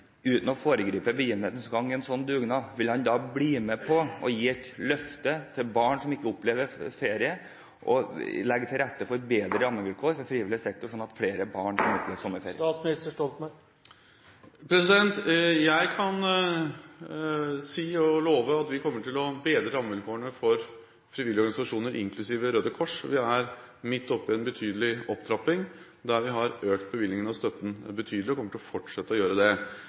uten å foregripe begivenhetenes gang i en sånn dugnad: Vil han bli med på å gi et løfte til barn som ikke får oppleve ferie, og legge til rette for bedre rammevilkår for frivillig sektor, sånn at flere barn kan få oppleve sommerferie? Jeg kan si, og love, at vi kommer til å bedre rammevilkårene for frivillige organisasjoner, inklusiv Røde Kors. Vi er midt oppe i en betydelig opptrapping, der vi har økt bevilgningene og støtten betydelig og kommer til å fortsette å gjøre det.